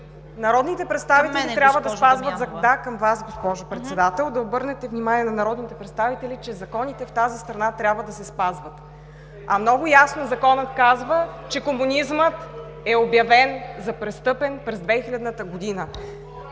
Народните представители трябва да спазват… Да, към Вас, госпожо Председател – да обърнете внимание на народните представители, че законите в тази страна трябва да се спазват! А много ясно законът казва, че комунизмът е обявен за престъпен през 2000 г.